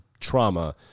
trauma